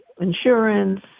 insurance